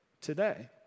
today